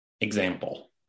example